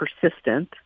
persistent